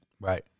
Right